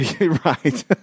Right